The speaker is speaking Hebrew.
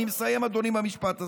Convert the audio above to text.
אני מסיים, אדוני, במשפט הזה.